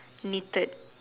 knitted